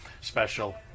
special